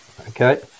Okay